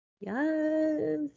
yes